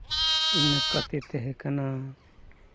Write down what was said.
ᱤᱱᱟᱹ ᱠᱟᱛᱮ ᱛᱟᱦᱮᱸ ᱠᱟᱱᱟ